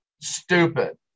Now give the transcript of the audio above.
stupid